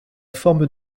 forme